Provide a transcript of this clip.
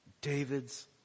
David's